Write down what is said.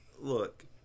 Look